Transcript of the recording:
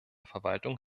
verwaltung